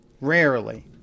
Rarely